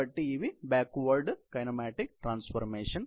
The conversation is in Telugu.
కాబట్టి ఇవి బ్యాక్వర్డ్ కైనమాటిక్ ట్రాన్స్ఫర్మేషన్